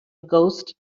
ghost